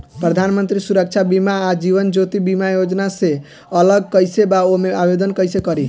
प्रधानमंत्री सुरक्षा बीमा आ जीवन ज्योति बीमा योजना से अलग कईसे बा ओमे आवदेन कईसे करी?